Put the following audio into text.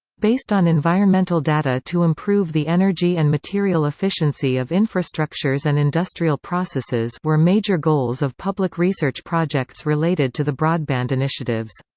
based on environmental data to improve the energy and material efficiency of infrastructures and industrial processes were major goals of public research projects related to the broadband initiatives.